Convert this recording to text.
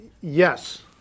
Yes